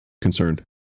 concerned